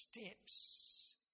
steps